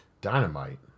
Dynamite